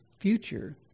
future